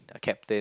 a captain